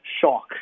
shock